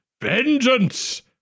Vengeance